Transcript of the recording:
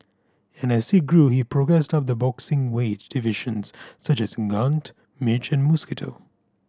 and as he grew he progressed up the boxing weight divisions such as gnat midge and mosquito